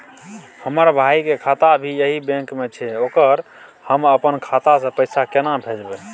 हमर भाई के खाता भी यही बैंक में छै ओकरा हम अपन खाता से पैसा केना भेजबै?